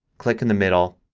click in the middle,